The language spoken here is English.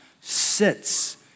sits